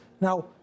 Now